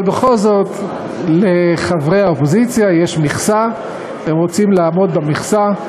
אבל בכל זאת לחברי האופוזיציה יש מכסה והם רוצים לעמוד במכסה.